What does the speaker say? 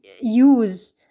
use